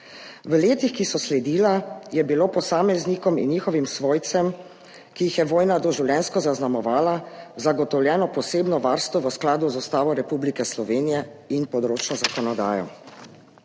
V letih, ki so sledila, je bilo posameznikom in njihovim svojcem, ki jih je vojna doživljenjsko zaznamovala, zagotovljeno posebno varstvo v skladu z Ustavo Republike Slovenije in področno zakonodajo.